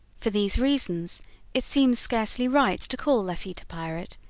for these reasons it seems scarcely right to call lafitte a pirate,